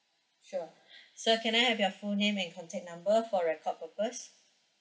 sure sir can I have your full name and contact number for record purpose